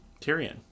Tyrion